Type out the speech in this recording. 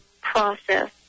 process